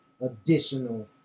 additional